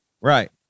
Right